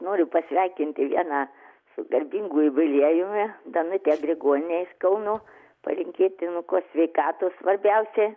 noriu pasveikinti vieną su garbingu jubiliejumi danutę grigonienę iš kauno palinkėti nu ko sveikatos svarbiausia